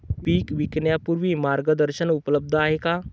पीक विकण्यापूर्वी मार्गदर्शन उपलब्ध आहे का?